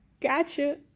Gotcha